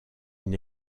une